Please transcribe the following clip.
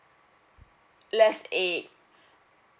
less egg